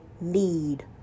need